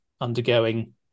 undergoing